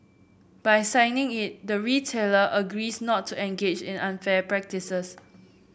by signing it the retailer agrees not to engage in unfair practices